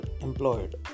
employed